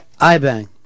iBang